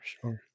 sure